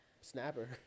Snapper